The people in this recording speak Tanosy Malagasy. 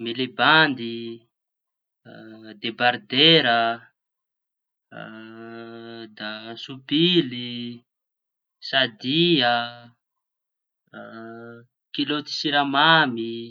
Milibandy, debardera, da sopily, sadia, kilaoty siramamy.